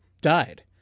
died